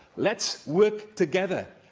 let's work together,